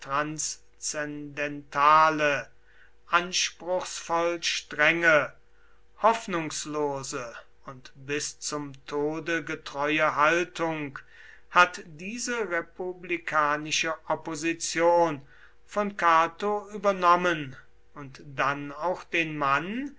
transzendentale anspruchsvoll strenge hoffnungslose und bis zum tode getreue haltung hat diese republikanische opposition von cato übernommen und dann auch den mann